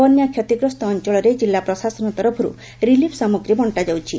ବନ୍ୟା କ୍ଷତିଗ୍ରସ୍ତ ଅଞ୍ଚଳ ଜିଲ୍ଲା ପ୍ରଶାସନ ତରଫରୁ ରିଲିଫ ସାମଗ୍ରୀ ବଣ୍ଟାଯାଉଛି